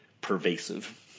pervasive